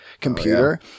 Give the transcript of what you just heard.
computer